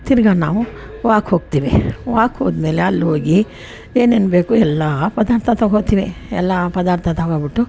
ತಿರ್ಗಾ ನಾವು ವಾಕ್ ಹೋಗ್ತೀವಿ ವಾಕ್ ಹೋದಮೇಲೆ ಅಲ್ಹೋಗಿ ಏನೇನು ಬೇಕೋ ಎಲ್ಲ ಪದಾರ್ಥ ತೊಗೊತೀವಿ ಎಲ್ಲ ಪದಾರ್ಥ ತೊಗೋಬಿಟ್ಟು